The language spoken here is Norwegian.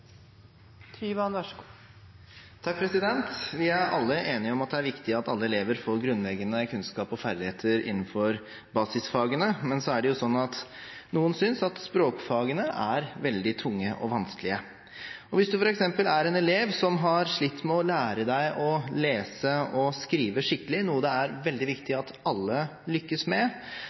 ferdigheter innenfor basisfagene, men nå er det jo slik at noen synes språkfagene er veldig tunge og vanskelige. For en elev som har slitt med å lære seg å lese og skrive skikkelig, noe det er veldig viktig at alle lykkes med,